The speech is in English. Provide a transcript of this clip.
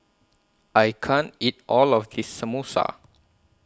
I can't eat All of This Samosa